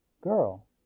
girl